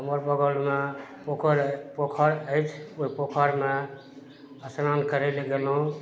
हमर बगलमे पोखरि अइ पोखरि अछि ओइ पोखरिमे स्नान करय लै गेलहुँ